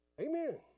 Amen